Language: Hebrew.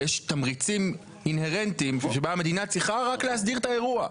ויש תמריצים אינהרנטיים שבהם המדינה רק צריכה להסדיר את האירוע,